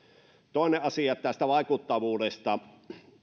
toinen asia vaikuttavuudesta